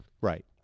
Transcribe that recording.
Right